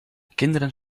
kinderen